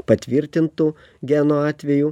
patvirtintų genų atvejų